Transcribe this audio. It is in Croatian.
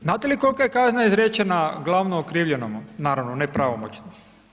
Znate li kol'ka je kazna izrečena glavno okrivljenomu, naravno ne pravomoćna?